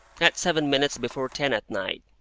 at seven minutes before ten at night.